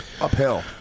Uphill